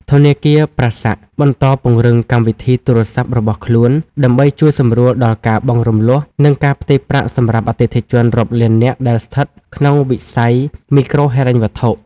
ធនាគារ ប្រាសាក់ (Prasac) បន្តពង្រឹងកម្មវិធីទូរស័ព្ទរបស់ខ្លួន ដើម្បីជួយសម្រួលដល់ការបង់រំលស់ និងការផ្ទេរប្រាក់សម្រាប់អតិថិជនរាប់លាននាក់ដែលស្ថិតក្នុងវិស័យមីក្រូហិរញ្ញវត្ថុ។